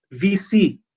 VC